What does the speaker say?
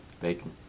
bacon